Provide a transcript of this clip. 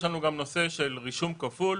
יש לנו גם נושא של רישום כפול.